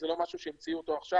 זה לא דבר שהמציאו אותו עכשיו,